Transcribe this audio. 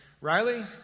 Riley